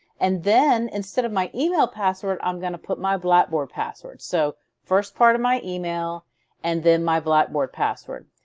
and then instead of my email password i'm gonna put my blackboard password. so first part of my email and then my blackboard password.